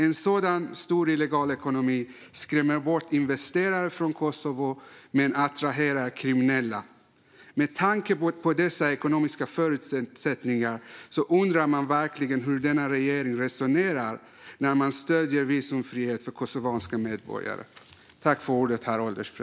En så stor illegal ekonomi skrämmer bort investerare från Kosovo men attraherar kriminella. Med tanke på dessa ekonomiska förutsättningar undrar man verkligen hur denna regering resonerar när den stöder visumfrihet för kosovanska medborgare.